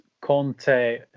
Conte